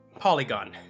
polygon